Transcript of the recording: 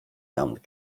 tam